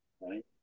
right